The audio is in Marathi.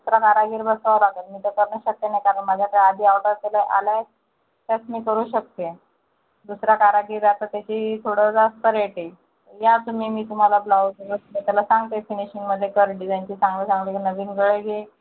दुसरा कारागीर बसवावं लागंल नाही तर करणं शक्य नाही कारण माझ्याकडे आधी ऑर्डर केल्या आल्यात त्याच मी करू शकते आहे दुसरा कारागीर आता त्याची थोडं जास्त रेट आहे या तुम्ही मी तुम्हाला ब्लॉउज मी त्याला सांगते फिनिशिंगमध्ये करून डिजाईनची चांगले चांगले नवीन गळे घे